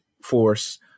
force